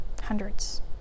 Hundreds